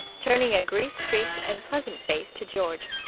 turning a grease-streaked and pleasant face to george.